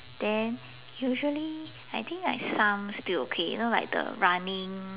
then usually I think like some still okay you know like the running